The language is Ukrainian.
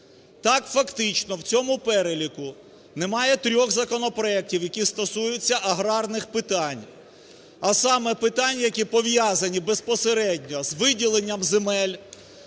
Так фактично в цьому переліку немає трьох законопроектів, які стосуються аграрних питань, а саме питань, які пов'язані безпосередньо з виділенням